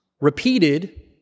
repeated